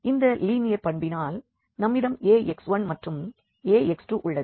இந்த லீனியர் பண்பினால் நம்மிடம் Ax1 மற்றும் Ax2 உள்ளது